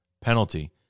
penalty